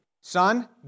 son